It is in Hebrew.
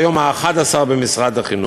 זה היום ה-11 במשרד החינוך.